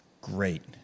great